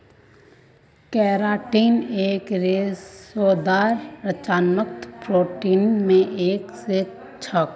keratin एक रेशेदार संरचनात्मक प्रोटीन मे स एक छेक